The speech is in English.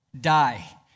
Die